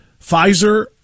Pfizer